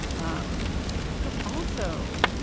um but also.